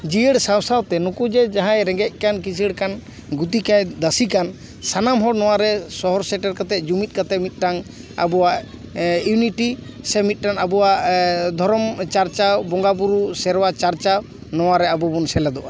ᱡᱤᱭᱟᱹᱲ ᱥᱟᱶ ᱥᱟᱶᱛᱮ ᱱᱩᱠᱩ ᱡᱮ ᱡᱟᱦᱟᱸᱭ ᱨᱮᱸᱜᱮᱡ ᱠᱟᱱ ᱠᱤᱥᱟᱹᱬ ᱠᱟᱱ ᱜᱩᱛᱤ ᱠᱟᱱ ᱫᱟᱥᱤ ᱠᱟᱱ ᱥᱟᱱᱟᱢ ᱦᱚᱲ ᱱᱚᱣᱟ ᱨᱮ ᱥᱚᱦᱚᱨ ᱥᱮᱴᱮᱨ ᱠᱟᱛᱮ ᱡᱩᱢᱤᱫ ᱠᱟᱛᱮ ᱢᱤᱫᱴᱟᱝ ᱟᱵᱚᱣᱟᱜ ᱤᱭᱩᱱᱤᱴᱤ ᱥᱮ ᱢᱤᱫᱴᱟᱝ ᱟᱵᱚᱣᱟᱜ ᱫᱷᱚᱨᱚᱢ ᱪᱟᱨ ᱪᱟᱣ ᱵᱚᱸᱜᱟ ᱵᱳᱨᱳ ᱥᱮᱨᱣᱟ ᱪᱟᱨ ᱪᱟᱣ ᱱᱚᱣᱟ ᱨᱮ ᱟᱵᱚ ᱵᱚᱱ ᱥᱮᱞᱮᱫᱚᱜᱼᱟ